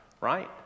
right